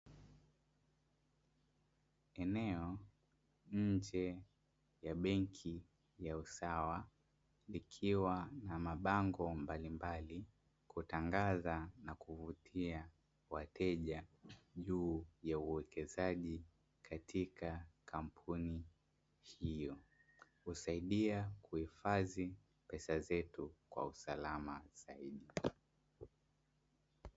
Eneo la nje ya benki ya usawa ikiwa na mabango mbalimbali yanayotangaza huduma kuwavutia wateja juu ya uwekezaji katika kampuni, hio husaidia kuhifadhi pesa zetu kwa usalama.